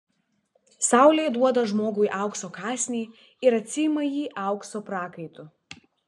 saulė duoda žmogui aukso kąsnį ir atsiima jį aukso prakaitu